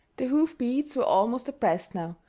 the hoof beats were almost abreast now,